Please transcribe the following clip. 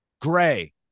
gray